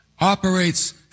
operates